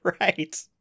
right